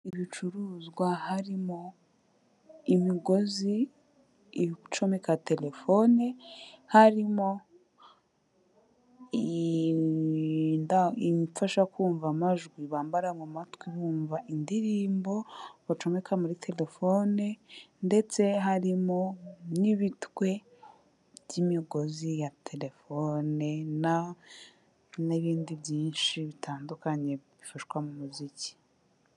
Ibicuruzwa harimo imigozi bicomeka Telefone, harimo imfasha kumva amajwi bambara mu matwi bumva indirimbo bacomeka muri Telefone ndetse harimo n'ibitwe by'imigozi ya Telefone n'ibindi byinshi bitandukanye bifashwa mu muziki.